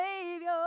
savior